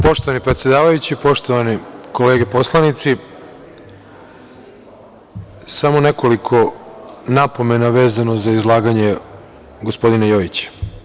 Poštovani predsedavajući, poštovani kolege poslanici, samo nekoliko napomena vezano za izlaganje gospodina Jojića.